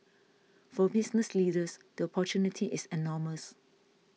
for business leaders the opportunity is enormous